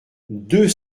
deux